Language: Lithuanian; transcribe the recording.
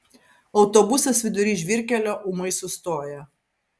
autobusas vidury žvyrkelio ūmai sustoja